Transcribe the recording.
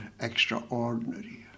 extraordinary